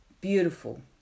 beautiful